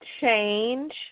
change